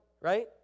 right